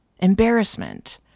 embarrassment